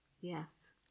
Yes